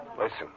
Listen